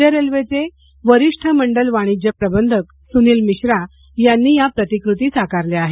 मध्य रेल्वेचे वरिष्ठ मंडल वाणिज्य प्रबंधक सुनील मिश्रा यांनी या प्रतिकृती साकारल्या आहेत